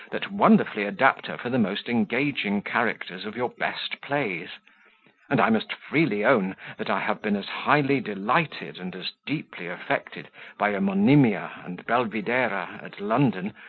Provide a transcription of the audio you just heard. that wonderfully adapt her for the most engaging characters of your best plays and i must freely own that i have been as highly delighted and as deeply affected by a monimia and belvidera at london,